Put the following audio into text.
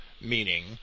meaning